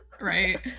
Right